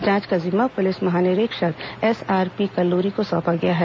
जांच का जिम्मा पुलिस महानिरीक्षक एसआरपी कल्लूरी को सौंपा गया है